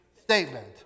statement